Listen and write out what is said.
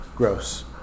Gross